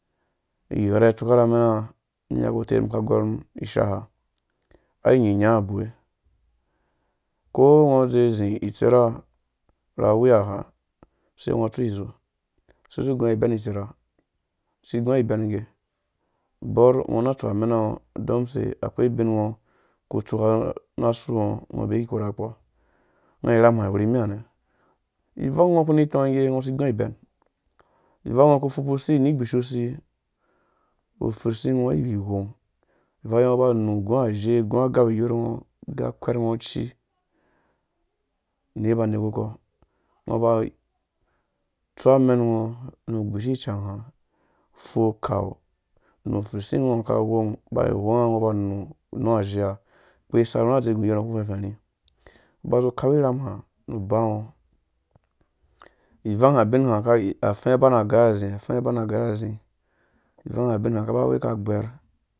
Igheha itsuka mɛnanga, utii inyaka utɛ mum aka agɔr mum ishaa inyinya abuwe uko ungo udze uzi itsera ra wiya ha sai ngo utsizeu usisu uguɔ ibɛn itsera usi igu ibɛn ngge, ubɔr ungo na atsua amena ngo udon use? Akoi ubin ngo uku utsu rasu ngo ubee ikura kpɔ unga irham ha iwuri mianɛ ivang ngo uku unu itɔ ngge, nge usi uni igbishu usi upfurhsi ngo ighighong ivang iyɔɔ ungo uba unu ugu azhe ugu agau iyorngo ogɛ, akwɛrngo aci niba nekukɔ ungo ba utsua amɛngo nu ugbishi ichang nga upfu ukau nu upfur singo aka ghong aba aghonga ngo, uba unu unu azhea ukpesar ani udek ugu iyor ngo uku fɛfɛrhi ungu uba uzi ukau irham ha nu ubaɔ ivang abina aba afɛɛ ana agai azi ivang abina akawe aka gbɛr